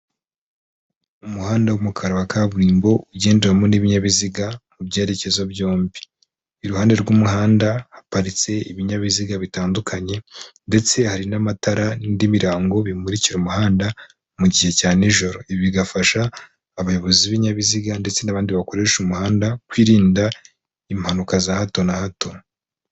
Umuhanda w'umukara wa kaburimbo ugenderamo n'ibinyabiziga mu byerekezo byombi, iruhande rw'umuhanda haparitse ibinyabiziga bitandukanye, ndetse hari n'amatara n'indi mirongo bimurikira umuhanda mu gihe cya nijoro, bigafasha abayobozi b'ibinyabiziga ndetse n'abandi bakoresha umuhanda, kwirinda impanuka za hato na hato.